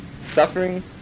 suffering